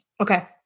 Okay